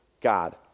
God